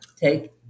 take